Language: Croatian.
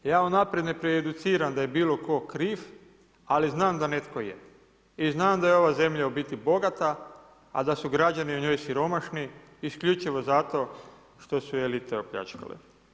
Ja unaprijed ne prejudiciram da je bilo tko kriv, ali znam da netko je i znam da je ova zemlja u biti bogata, a da su građani u njoj siromašni isključivo zato što su je elite opljačkale.